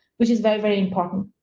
which is very, very important.